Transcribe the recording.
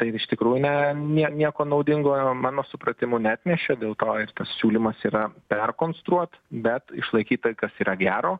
tai iš tikrųjų ne nie nieko naudingo mano supratimu neatnešė dėl to ir tas siūlymas yra perkonstruot bet išlaikyt tai kas yra gero